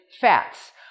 fats